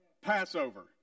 Passover